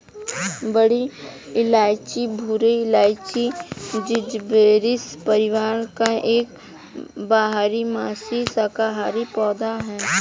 बड़ी इलायची भूरी इलायची, जिंजिबेरेसी परिवार का एक बारहमासी शाकाहारी पौधा है